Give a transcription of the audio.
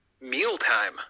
mealtime